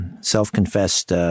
self-confessed